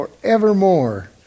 forevermore